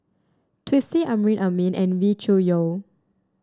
Twisstii Amrin Amin and Wee Cho Yaw